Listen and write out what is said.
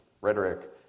rhetoric